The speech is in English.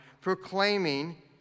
proclaiming